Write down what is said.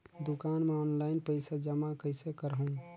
दुकान म ऑनलाइन पइसा जमा कइसे करहु?